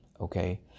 Okay